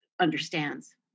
understands